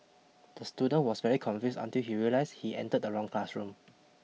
the student was very confused until he realized he entered the wrong classroom